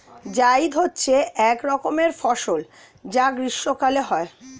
জায়িদ হচ্ছে এক রকমের ফসল যা গ্রীষ্মকালে হয়